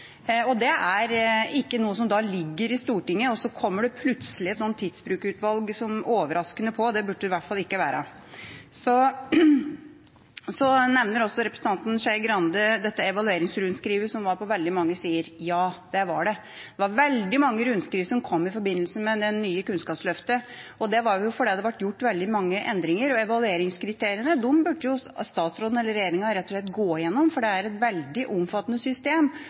Det er ikke noe som ligger i Stortinget, og så kommer det plutselig et tidsbrukutvalg overraskende på. Det burde i hvert fall ikke være slik. Så nevner representanten Skei Grande dette evalueringsrundskrivet, som var på veldig mange sider. Ja, det var det. Det var veldig mange rundskriv som kom i forbindelse med det nye kunnskapsløftet, og det var fordi det ble gjort veldig mange endringer. Og evalueringskriteriene burde statsråden eller regjeringa rett og slett gå gjennom, for det er et veldig omfattende system.